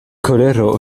kolero